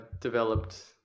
developed